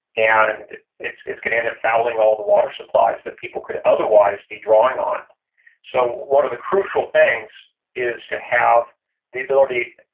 and it's it's going to end up fouling all the water supplies that people could otherwise be drawing on so one of the crucial things is to have the ability,